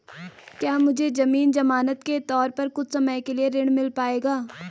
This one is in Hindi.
क्या मुझे ज़मीन ज़मानत के तौर पर कुछ समय के लिए ऋण मिल पाएगा?